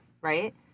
right